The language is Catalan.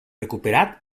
recuperat